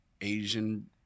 Asian